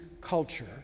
culture